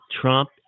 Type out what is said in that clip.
Trump